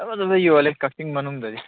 ꯐꯖ ꯐꯖꯕ ꯌꯣꯜꯂꯦ ꯀꯛꯆꯤꯡ ꯃꯅꯨꯡꯗꯗꯤ